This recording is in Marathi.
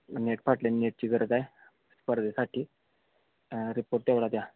नेट फाटल्यानं नेटची गरज आहे स्पर्धेसाठी रिपोर्ट तेवढा द्या